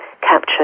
capture